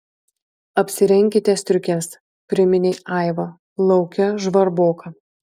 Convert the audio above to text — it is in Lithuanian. apsirenkite striukes priminė aiva lauke žvarboka